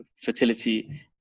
fertility